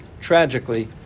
tragically